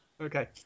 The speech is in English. Okay